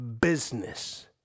business